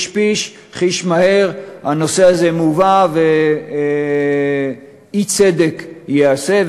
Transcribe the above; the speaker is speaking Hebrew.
חיש-פיש, חיש מהר, הנושא הזה מובא, ואי-צדק ייעשה.